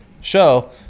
show